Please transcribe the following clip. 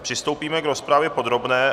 Přistoupíme k rozpravě podrobné.